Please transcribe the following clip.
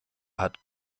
hat